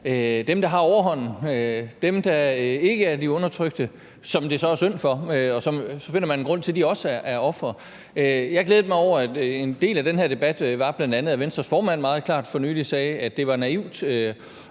dem, der har overhånden, altså dem, som ikke er de undertrykte, som det så er synd for; og så finder man en grund til, at de også er ofre. Jeg har i en del af den her debat bl.a. glædet mig over, at Venstres formand meget klart for nylig sagde, at det var naivt